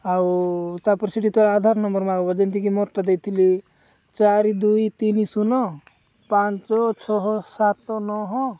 ଆଉ ତାପରେ ସେଠି ତୋର ଆଧାର ନମ୍ବର ମାଗବ ଯେମିତିକି ମୋରଟା ଦେଇଥିଲି ଚାରି ଦୁଇ ତିନି ଶୂନ ପାଞ୍ଚ ଛଅ ସାତ ନଅ